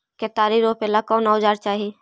केतारी रोपेला कौन औजर चाही?